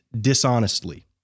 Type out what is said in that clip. dishonestly